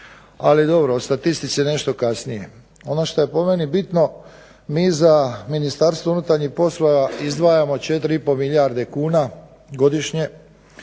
Ali dobro, o statistici nešto kasnije. Ono što je po meni bitno mi za MUP izdvajamo 4,5 milijarde kuna godišnje,